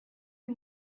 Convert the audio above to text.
and